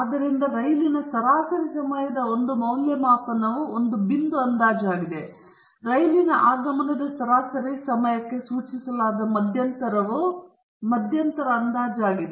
ಆದ್ದರಿಂದ ರೈಲಿನ ಸರಾಸರಿ ಸಮಯದ ಒಂದು ಮೌಲ್ಯಮಾಪನವು ಒಂದು ಬಿಂದು ಅಂದಾಜು ಆಗಿದೆ ಆದರೆ ರೈಲಿನ ಆಗಮನದ ಸರಾಸರಿ ಸಮಯಕ್ಕೆ ಸೂಚಿಸಲಾದ ಮಧ್ಯಂತರವು ಮಧ್ಯಂತರ ಅಂದಾಜುಯಾಗಿದೆ